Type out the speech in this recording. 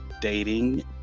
dating